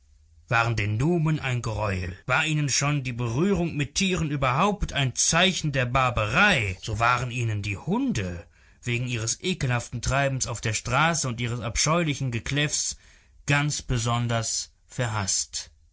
waren den numen ein greuel war ihnen schon die berührung mit tieren überhaupt ein zeichen der barbarei so waren ihnen die hunde wegen ihres ekelhaften treibens auf der straße und ihres abscheulichen gekläffs ganz besonders verhaßt